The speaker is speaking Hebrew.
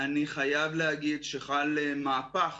אני חייב להגיד שחל מהפך